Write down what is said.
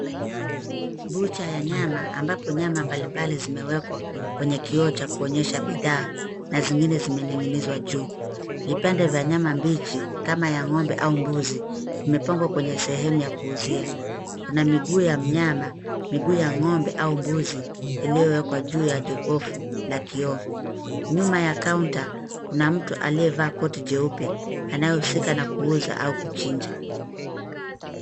Bucha ya nyama ambapo nyama mbalimbali zimewekwa kwenye kioo cha kuonyesha bidhaa na zingine zimening'inizwa juu. Vipande vya nyama mbichi kama ya ng'ombe au mbuzi imepangwa kwenye sehemu ya kuuzia. Kuna miguu ya mnyama, miguu ya ng'ombe au mbuzi iliyowekwa juu ya jokofu la kioo. Nyuma ya kaunti kuna mtu aliyevaa koti jeupe anayehusika na kuuza au kuchinja.